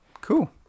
cool